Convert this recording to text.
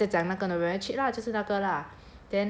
like 我跟在姐姐讲那个的 very cheap lah 就是那个 lah